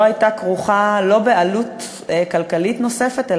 ולא הייתה כרוכה בעלות כלכלית נוספת,